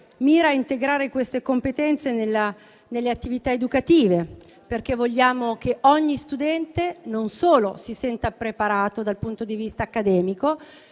mira a integrare queste competenze nelle attività educative, perché vogliamo che ogni studente si senta non solo preparato dal punto di vista accademico,